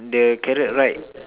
the carrot right